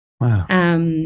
Wow